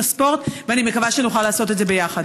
הספורט ואני מקווה שנוכל לעשות את זה ביחד.